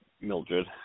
Mildred